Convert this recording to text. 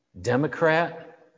Democrat